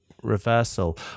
reversal